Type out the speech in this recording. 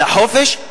לחופש.